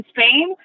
Spain